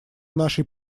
нашей